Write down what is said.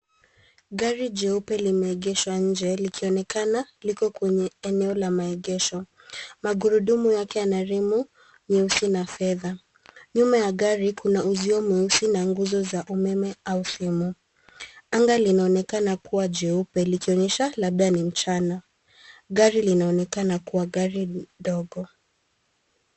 Gari jeupe limeegeshwa nje likionekana liko kwenye eneo la maegesho. Magurudumu yake yana rimu nyeusi na fedha. Nyuma ya gari, kuna uzio mweusi na nguzo za umeme au simu. Anga linaonekana kuwa jeupe likionyesha labda ni mchana. Gari linaonekana kuwa gari dogo.